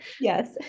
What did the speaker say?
yes